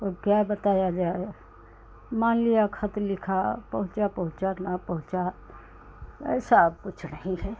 और क्या बताया जाए मान लिया खत लिखा पहुँचा पहुँचा नहीं पहुँचा ऐसा अब कुछ नहीं है